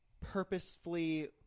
purposefully